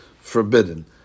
forbidden